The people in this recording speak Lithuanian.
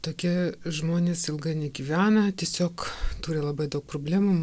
tokie žmonės ilgai negyvena tiesiog turi labai daug problemų